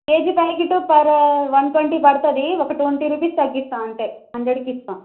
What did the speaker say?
KG packet per one twenty పడుతుంది ఒక twenty rupees తగ్గిస్తాం అంతే హండ్రెడ్కిస్తాం